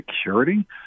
security